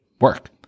work